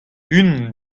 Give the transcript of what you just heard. unan